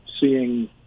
seeing